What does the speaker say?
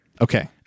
Okay